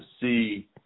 see